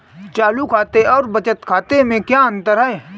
चालू खाते और बचत खाते में क्या अंतर है?